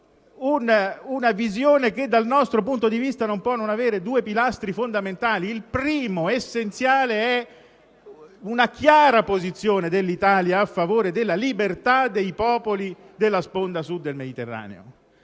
Parlamento) che, dal nostro punto di vista, non può non avere due pilastri fondamentali. Il primo, essenziale, è una chiara posizione dell'Italia a favore della libertà dei popoli della sponda Sud del Mediterraneo.